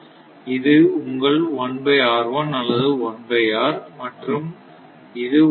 இது உங்கள் அல்லது மற்றும் இது